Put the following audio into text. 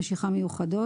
מי בעד?